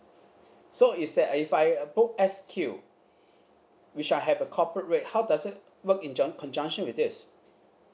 so is that if I book S_Q which I have a corporate rate how does it work in conjunction with this